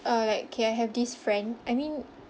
or like okay I have this friend I mean